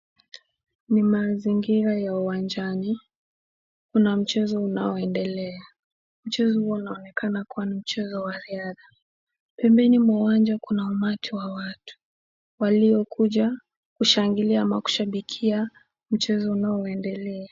Ni mazingira ya uwanjani, kuna mchezo unaoendelea. Mchezo huo unaonekena kuwa ni mchezo wa riadha. Pembeni mwa uwanja kuna umati wa watu waoikuja kushangilia ama kushabikia mchezo unaoendelea.